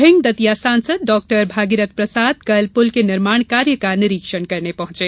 भिंड दतिया सांसद डॉ भागीरथ प्रसाद कल पुल के निर्माण कार्य का निरीक्षण करने पहंचे